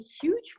huge